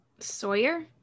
sawyer